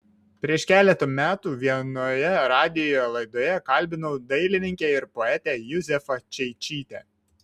prieš keletą metų vienoje radijo laidoje kalbinau dailininkę ir poetę juzefą čeičytę